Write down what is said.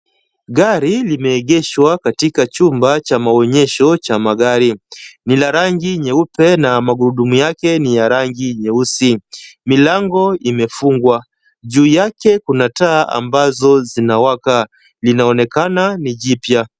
Gari limeegeshwa katika chumba cha maonyesho cha magari. Ni la rangi nyeupe na magurudumu yake ni ya rangi nyeusi. Milango imefungwa. Juu yake kuna taa ambazo zinawaka linaonekana ni jipya.